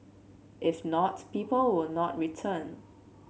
if not people will not return